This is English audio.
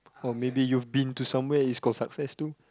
or maybe you've been to somewhere is called success too